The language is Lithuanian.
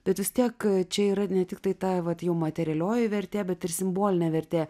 bet vis tiek čia yra ne tiktai ta vat jau materialioji vertė bet ir simbolinė vertė